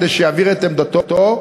כדי שיבהיר את עמדתו,